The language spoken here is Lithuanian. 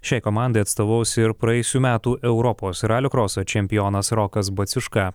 šiai komandai atstovaus ir praėjusių metų europos ralio kroso čempionas rokas baciuška